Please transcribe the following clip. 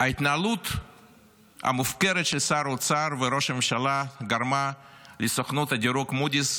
ההתנהלות המופקרת של שר האוצר וראש הממשלה גרמה לסוכנות הדירוג מודי'ס,